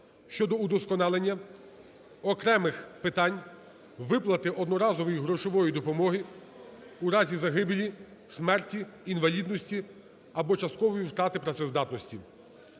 (щодо удосконалення окремих питань виплати одноразової грошової допомоги у разі загибелі (смерті), інвалідності або часткової втрати працездатності.